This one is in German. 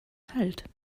halt